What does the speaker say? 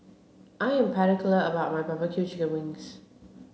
I am particular about my barbecue chicken wings